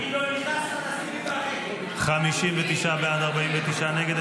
בעד, 49 נגד.